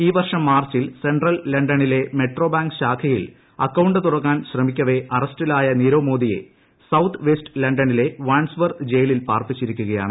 ഈ വർഷം മാർച്ചിൽ സെൻട്രൽ ലണ്ടനിലെ മെട്രോ ബാങ്ക് ശാഖയിൽ അക്കൌണ്ട് തുടങ്ങാൻ ശ്രമിക്കവെ അറസ്റ്റിലായ നീരവ് മോദിയെ സൌത്ത് വെസ്റ്റ് ലണ്ടനിലെ വാൻഡ്സ് വർത്ത് ജയിലിൽ പാർപ്പിച്ചിരിക്കുകയാണ്